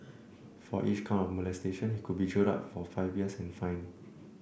for each count of molestation he could be jailed for up to five years and fined